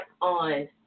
on